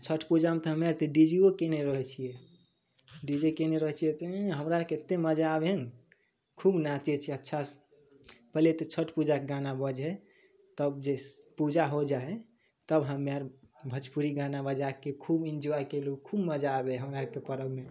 छठ पूजामे तऽ हमे आर तऽ डी जे ओ कएने रहै छिए डी जे कएने रहै छिए तऽ हमरा आरके एतेक मजा आबै हइ ने खूब नाचै छिए अच्छासे पहिले तऽ छठ पूजाके गाना बजै हइ तब जे पूजा हो जाइ हइ तब हमे आर भोजपुरी गाना बजाके खूब एन्जॉइ कएलहुँ खूब मजा आबै हइ हमरा आरके परबमे